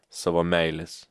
savo meilės